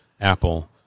Apple